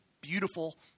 beautiful